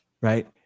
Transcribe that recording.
right